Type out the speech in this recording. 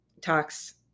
talks